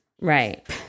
Right